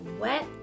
wet